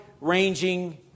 ranging